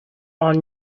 are